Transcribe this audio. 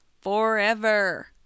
FOREVER